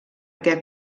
què